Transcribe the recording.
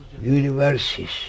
universes